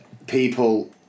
People